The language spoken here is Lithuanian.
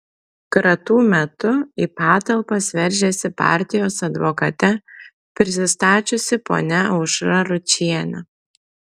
kratų metu į patalpas veržėsi partijos advokate prisistačiusi ponia aušra ručienė